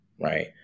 right